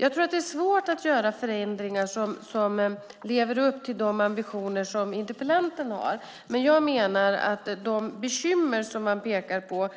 Jag tror att det är svårt att göra förändringar som lever upp till de ambitioner som interpellanten har, men jag menar att de bekymmer som man pekar på